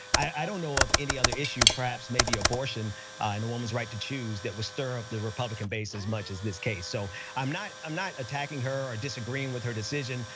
i don't know of any other issue perhaps maybe abortion and a woman's right to choose that will stir up the republican base as much as this case. so i'm not i'm not attacking her or disagreeing with her decision,